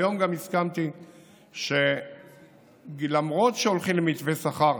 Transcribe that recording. היום גם הסכמתי שלמרות שהולכים למתווה שכר,